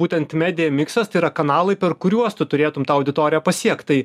būtent medija miksas tai yra kanalai per kuriuos tu turėtum tą auditoriją pasiekt tai